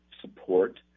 Support